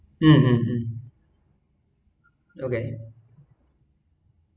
um okay